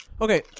Okay